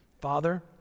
Father